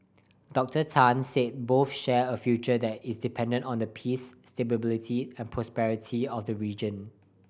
Doctor Tan said both share a future that is dependent on the peace stability and prosperity of the region